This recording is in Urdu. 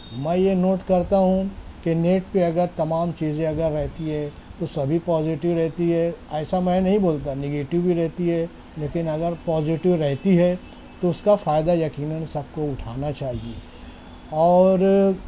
میں یہ نوٹ کرتا ہوں کہ نیٹ پہ اگر تمام چیزیں اگر رہتی ہیں تو سبھی پازیٹو رہتی ہیں ایسا میں نہیں بولتا نگیٹو بھی رہتی ہیں لیکن اگر پازیٹو رہتی ہیں تو اس کا فائدہ یقیناً سب کو اٹھانا چاہیے اور